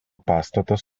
pastatas